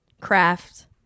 craft